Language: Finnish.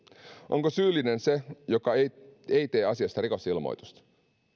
onko syyllinen se joka ei ei tee asiasta rikosilmoitusta